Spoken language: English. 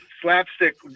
slapstick